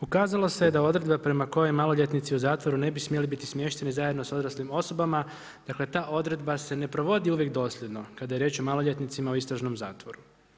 Ukazalo se da odredba prema kojoj maloljetnici u zatvoru ne bi smjeli biti smješteni zajedno sa odraslim osobama, dakle, ta odredba se ne provodi uvijek dosljedno kada je riječ o maloljetnicima u istražnom zatvoru.